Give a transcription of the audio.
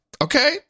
Okay